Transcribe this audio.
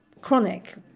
chronic